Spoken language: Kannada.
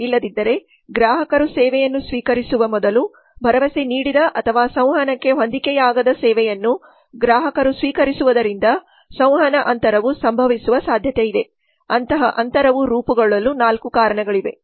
ಇಲ್ಲದಿದ್ದರೆ ಗ್ರಾಹಕರು ಸೇವೆಯನ್ನು ಸ್ವೀಕರಿಸುವ ಮೊದಲು ಭರವಸೆ ನೀಡಿದ ಅಥವಾ ಸಂವಹನಕ್ಕೆ ಹೊಂದಿಕೆಯಾಗದ ಸೇವೆಯನ್ನು ಗ್ರಾಹಕರು ಸ್ವೀಕರಿಸುವುದರಿಂದ ಸಂವಹನ ಅಂತರವು ಸಂಭವಿಸುವ ಸಾಧ್ಯತೆಯಿದೆ ಅಂತಹ ಅಂತರವು ರೂಪುಗೊಳ್ಳಲು ನಾಲ್ಕು ಕಾರಣಗಳಿವೆ